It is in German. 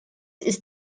ist